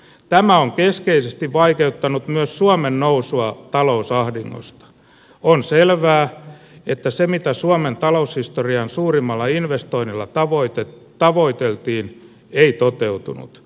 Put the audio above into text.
tämä on keskeisesti vaikeuttanut myös suomen nousua talousahdingosta on selvää että se mitä suomen taloushistorian suurimmalla investoinnilla tavoite tavoiteltiin ei toteutunut